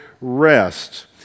rest